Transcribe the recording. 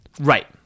Right